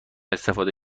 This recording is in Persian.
استفاده